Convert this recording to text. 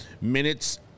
minutes